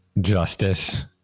justice